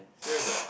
serious ah